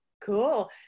Cool